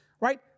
right